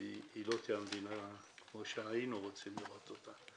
היא לא תהיה המדינה כמו שהיינו רוצים לראות אותה.